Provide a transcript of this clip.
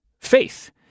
faith